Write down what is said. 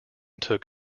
took